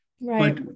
Right